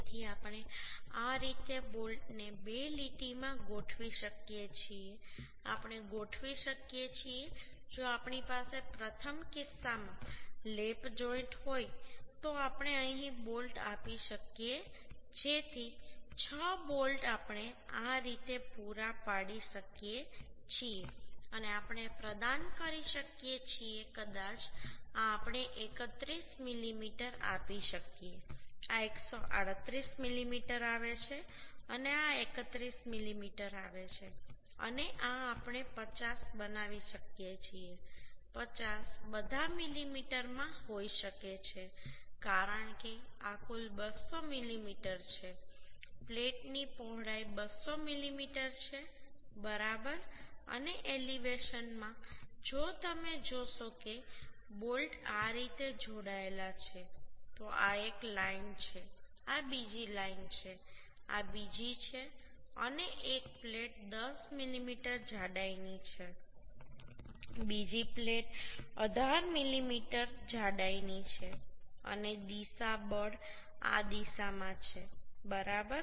તેથી આપણે આ રીતે બોલ્ટને બે લીટીમાં ગોઠવી શકીએ છીએ આપણે ગોઠવી શકીએ છીએ જો આપણી પાસે પ્રથમ કિસ્સા માં લેપ જોઈન્ટ હોય તો આપણે અહીં બોલ્ટ આપી શકીએ જેથી છ બોલ્ટ આપણે આ રીતે પૂરા પાડી શકીએ છીએ અને આપણે પ્રદાન કરી શકીએ છીએ કદાચ આ આપણે 31 મીમી આપી શકીએ આ 138 મીમી આવે છે અને આ 31 મીમી આવે છે અને આ આપણે 50 બનાવી શકીએ છીએ 50 બધા મિલીમીટરમાં હોઈ શકે છે કારણ કે આ કુલ 200 મીમી છે પ્લેટની પહોળાઈ 200 મીમી છે બરાબર અને એલિવેશન માં જો તમે જોશો કે બોલ્ટ આ રીતે જોડાયેલા છે તો આ એક લાઈન છે આ બીજી લાઈન છે આ બીજી છે અને એક પ્લેટ 10 મીમી જાડાઈની છે બીજી પ્લેટ 18 મીમી જાડાઈની છે અને દિશા બળ આ દિશામાં છે બરાબર